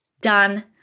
done